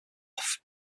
off